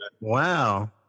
Wow